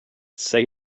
say